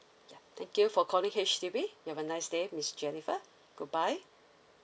yeah thank you for calling H_D_B you have a nice day miss jennifer goodbye